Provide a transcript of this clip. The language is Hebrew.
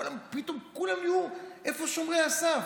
פתאום כולם נהיו, איפה שומרי הסף,